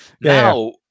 Now